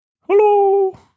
Hello